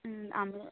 হ্যাঁ আমরা